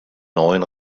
neuen